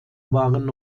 waren